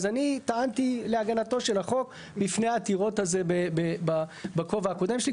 אז אני טענתי להגנתו של החוק לפני העתירות אז בכובע הקודם שלי.